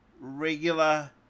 regular